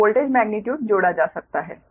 तो voltage magnitude जोड़ा जा सकता है